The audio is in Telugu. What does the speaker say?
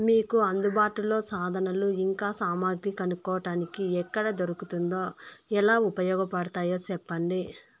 మీకు అందుబాటులో సాధనాలు ఇంకా సామగ్రి కొనుక్కోటానికి ఎక్కడ దొరుకుతుందో ఎలా ఉపయోగపడుతాయో సెప్పండి?